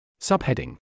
Subheading